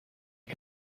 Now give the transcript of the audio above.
can